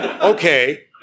Okay